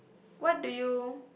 what do you